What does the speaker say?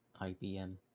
IBM